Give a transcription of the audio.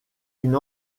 une